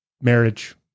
marriage